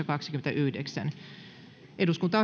kaksikymmentä lausumaehdotus eduskunta